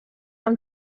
amb